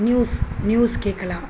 news news கேட்கலாம்